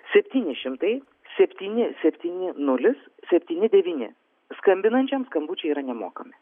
septyni šimtai septyni septyni nulis septyni devyni skambinančiam skambučiai yra nemokami